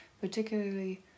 particularly